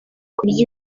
kurya